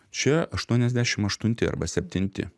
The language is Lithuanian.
čia aštuoniasdešimt aštunti arba septinti